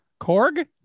Korg